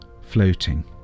Floating